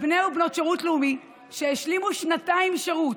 בני ובנות שירות לאומי שהשלימו שנתיים שירות,